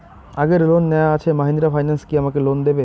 আগের লোন নেওয়া আছে মাহিন্দ্রা ফাইন্যান্স কি আমাকে লোন দেবে?